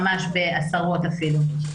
בעשרות אפילו.